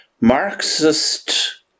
Marxist